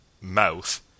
mouth